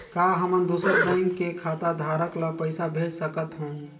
का हमन दूसर बैंक के खाताधरक ल पइसा भेज सकथ हों?